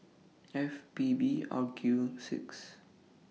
F P B R Q six